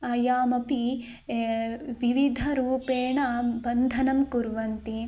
यामपि विविधरूपेण बन्धनं कुर्वन्ति